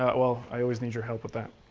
ah well i always need your help with that.